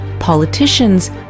Politicians